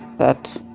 but